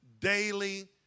daily